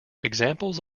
examples